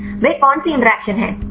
वे कौन सी इंटरैक्शन करते हैं